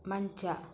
ಮಂಚ